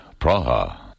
Praha